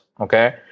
Okay